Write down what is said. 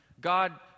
God